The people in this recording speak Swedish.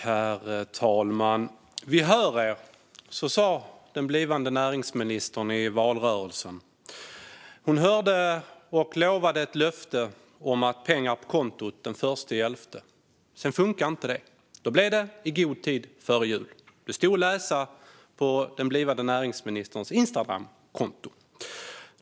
Herr talman! "Vi hör er", sa den blivande näringsministern i valrörelsen. Hon hörde och gav ett löfte om pengar på kontot den 1 november. Sedan funkade inte det, och då blev det "i god tid före jul" - detta stod att läsa på den blivande näringsministerns Instagramkonto.